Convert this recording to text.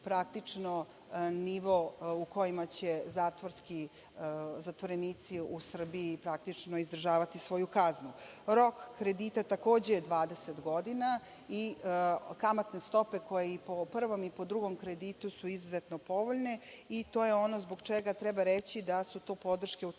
poboljšati nivo u kojima će zatvorenici u Srbiji izdržavati svoju kaznu. Rok kredita takođe je 20 godina i kamatne stope i po prvom i po drugom kreditu su izuzetno povoljne. To je ono zbog čega treba reći da su to podrške u tom